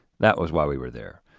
that was while we were there.